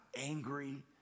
angry